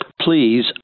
Please